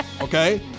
Okay